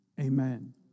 Amen